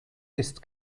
ist